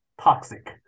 toxic